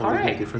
correct